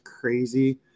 crazy